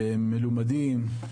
מלומדים,